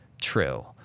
true